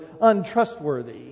untrustworthy